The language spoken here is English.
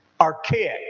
archaic